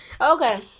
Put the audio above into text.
Okay